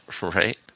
right